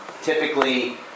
Typically